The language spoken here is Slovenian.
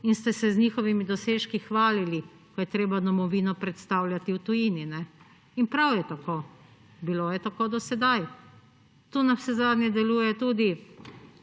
in ste se z njihovimi dosežki hvalili, ko je treba domovino predstavljati v tujini. In prav je tako. Bilo je tako do sedaj. Tu navsezadnje deluje tudi